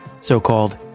so-called